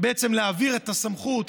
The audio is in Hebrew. בעצם להעביר את הסמכות,